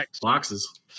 boxes